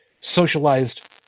socialized